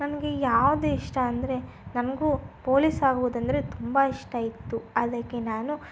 ನನಗೆ ಯಾವುದು ಇಷ್ಟ ಅಂದರೆ ನನಗೂ ಪೋಲೀಸ್ ಆಗುವುದೆಂದರೆ ತುಂಬ ಇಷ್ಟ ಇತ್ತು ಅದಕ್ಕೆ ನಾನು